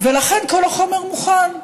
ולכן כל החומר מוכן.